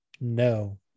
no